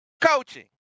coaching